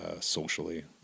socially